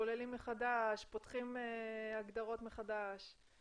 צוללים מחדש ופותחים הגדרות מחדש.